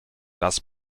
das